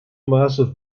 massive